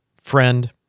friend